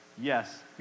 Yes